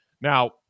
Now